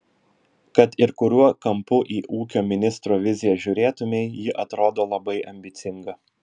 kad ir kuriuo kampu į ūkio ministro viziją žiūrėtumei ji atrodo labai ambicinga